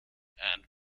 and